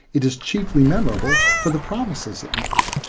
it is chiefly memorable for the promises it made.